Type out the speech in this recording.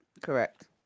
correct